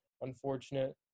unfortunate